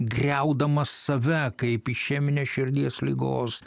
griaudamas save kaip išeminė širdies ligos